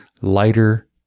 lighter